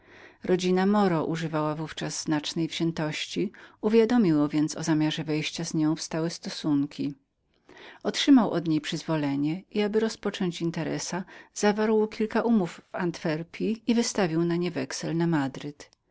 rodzina moro używała w ówczas niezmiernej wziętości uwiadomił ją więc o zamiarze wejścia z nią w stosunki otrzymał od nich przyzwolenie i aby rozpocząć interesa zażądał pieniędzy z antwerpji i wystawił na nich wexel na madryt